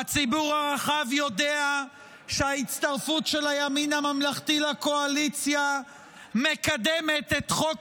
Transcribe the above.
הציבור הרחב יודע שההצטרפות של הימין הממלכתי לקואליציה מקדמת את חוק